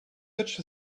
such